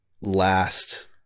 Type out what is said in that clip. last